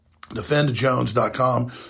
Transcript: defendjones.com